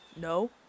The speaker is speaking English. No